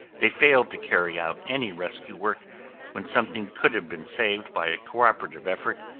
they failed to carry out any rescue work when something could have been saved by a cooperative effort,